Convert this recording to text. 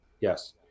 Yes